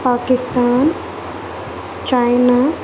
Pakistan China